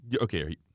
Okay